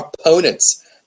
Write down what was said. opponents